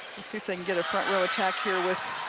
let's see if they can get a front row attack here with